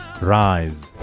rise